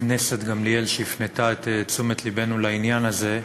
הכנסת גמליאל שהפנתה את תשומת לבנו לעניין הזה,